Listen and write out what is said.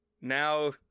now